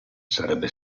sarebbe